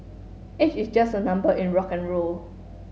age is just a number in rock N roll